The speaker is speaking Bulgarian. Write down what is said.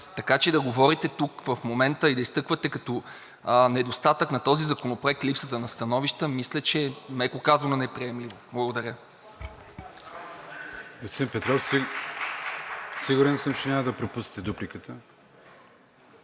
Така че да говорите тук в момента и да изтъквате недостатък на този законопроект липсата на становища, мисля, че е, меко казано, неприемливо. Благодаря.